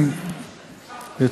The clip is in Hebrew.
השר ליצמן.